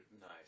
Nice